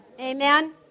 Amen